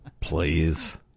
Please